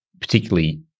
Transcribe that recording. particularly